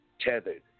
Tethered